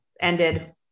ended